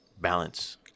balance